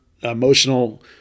emotional –